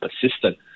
persistent